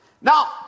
Now